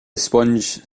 sponge